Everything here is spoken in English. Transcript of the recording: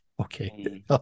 Okay